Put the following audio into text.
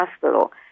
hospital